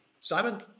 Simon